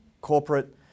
corporate